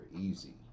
easy